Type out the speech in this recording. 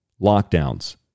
lockdowns